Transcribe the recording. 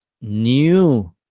new